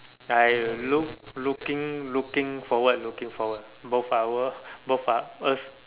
I look looking looking forward looking forward both hour both are us